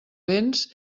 vents